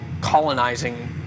colonizing